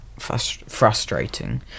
frustrating